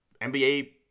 NBA